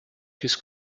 his